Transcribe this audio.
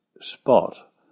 spot